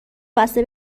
بسته